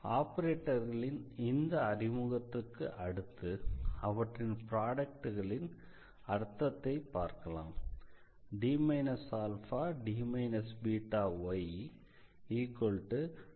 ஆபரேட்டர்களின் இந்த அறிமுகத்துக்கு அடுத்து அவற்றின் ப்ரோடெக்ட்களின் அர்த்தத்தை பார்க்கலாம்